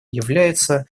является